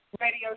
Radio